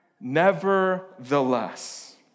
nevertheless